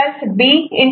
A